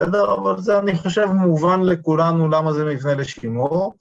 אבל זה אני חושב מובן לכולנו למה זה מבנה לשימור